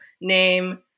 name